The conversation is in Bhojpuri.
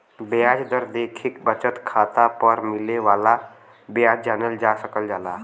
ब्याज दर देखके बचत खाता पर मिले वाला ब्याज जानल जा सकल जाला